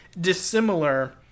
dissimilar